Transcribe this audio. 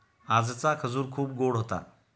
आजचा खजूर खूप गोड होता